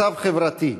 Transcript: צו חברתי,